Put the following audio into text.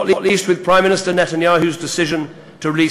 מתפיסות ואמונות ודעות